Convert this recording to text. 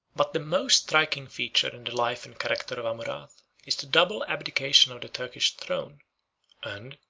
but the most striking feature in the life and character of amurath is the double abdication of the turkish throne and,